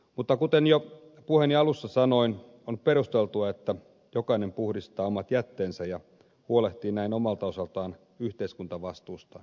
mutta kuten jo puheeni alussa sanoin on perusteltua että jokainen puhdistaa omat jätteensä ja huolehtii näin omalta osaltaan yhteiskuntavastuusta